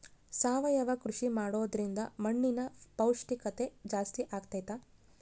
ಸಾವಯವ ಕೃಷಿ ಮಾಡೋದ್ರಿಂದ ಮಣ್ಣಿನ ಪೌಷ್ಠಿಕತೆ ಜಾಸ್ತಿ ಆಗ್ತೈತಾ?